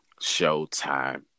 Showtime